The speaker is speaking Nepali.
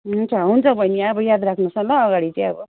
हुन्छ हुन्छ बैनी अब याद राख्नुहोस् न ल अगाडि चाहिँ अब